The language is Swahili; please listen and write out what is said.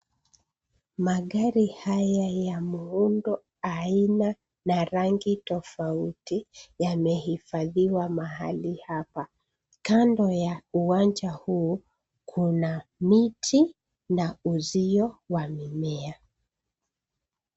Magari haya ya muundo, aina na rangi tofauti yamehifadhiwa mahali hapa, kando ya uwanja huu kuna miti na uzio wa mimea.